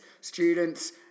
students